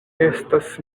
estas